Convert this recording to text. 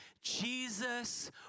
Jesus